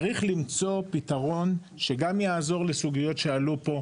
צריך למצוא פתרון שגם יעזור לסוגיות שעלו פה,